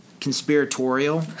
Conspiratorial